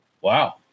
wow